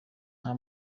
nta